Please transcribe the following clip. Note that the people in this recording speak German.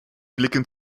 blicken